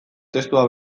testua